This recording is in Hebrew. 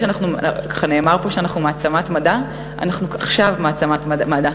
נאמר פה שאנחנו מעצמת מדע, אנחנו עכשיו מעצמת מדע.